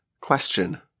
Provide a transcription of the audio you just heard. question